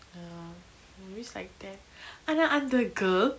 ya maybe it's like that ஆனா அந்த:aana antha girl